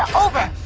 over!